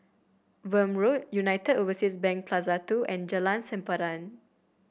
Welm Road United Overseas Bank Plaza Two and Jalan Sempadan